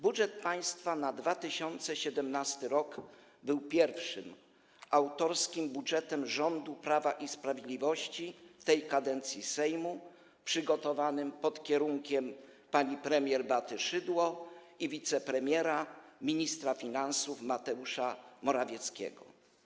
Budżet państwa na 2017 r. był pierwszym autorskim budżetem rządu Prawa i Sprawiedliwości tej kadencji Sejmu, przygotowanym pod kierunkiem pani premier Beaty Szydło i wicepremiera, ministra finansów Mateusza Morawieckiego.